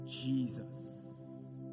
Jesus